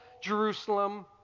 Jerusalem